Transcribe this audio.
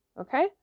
Okay